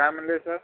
काय म्हणले सर